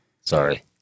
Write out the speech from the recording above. Sorry